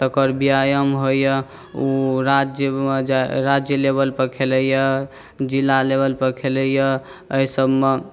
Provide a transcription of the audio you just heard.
तकर व्यायाम होइए ओ राज्यमे जाइए राज्य लेवलपर खेलैए जिला लेवलपर खेलैए एहिसभमे